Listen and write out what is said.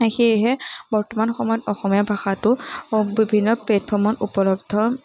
সেয়েহে বৰ্তমান সময়ত অসমীয়া ভাষাটো বিভিন্ন প্লেটফৰ্মত উপলব্ধ